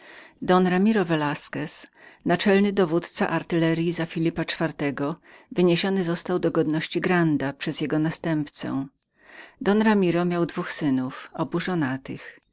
ramiro velasquez naczelny dowódca artyleryi za filipa czwartego wyniesionym został do godności granda przez jego następcę don ramiro miał dwóch synów obu